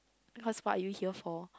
because what are you here for